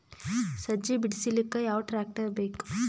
ಸಜ್ಜಿ ಬಿಡಿಸಿಲಕ ಯಾವ ಟ್ರಾಕ್ಟರ್ ಬೇಕ?